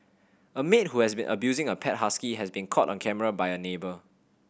a maid who has been abusing a pet husky has been caught on camera by a neighbour